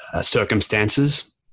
circumstances